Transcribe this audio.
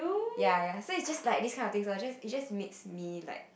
ya ya so it's just like this kind of thing lor so it just it just makes me like